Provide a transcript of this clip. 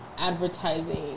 advertising